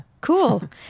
Cool